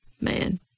man